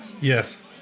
Yes